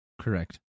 Correct